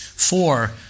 Four